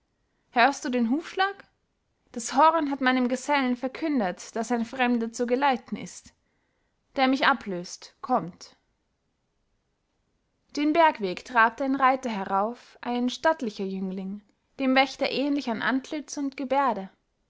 hörst du den hufschlag das horn hat meinen gesellen verkündet daß ein fremder zu geleiten ist der mich ablöst kommt den bergweg trabte ein reiter herauf ein stattlicher jüngling dem wächter ähnlich an antlitz und gebärde